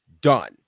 done